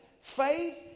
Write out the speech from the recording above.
faith